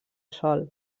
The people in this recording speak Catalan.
sòl